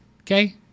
Okay